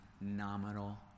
nominal